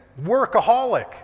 Workaholic